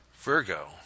Virgo